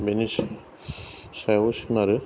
बेनि सायाव सोनारो